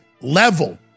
level